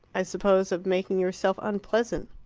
i suppose, of making yourself unpleasant.